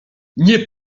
nie